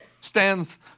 stands